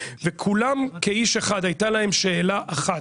וכולם כאיש אחד הייתה להם שאלה אחת,